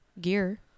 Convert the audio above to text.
gear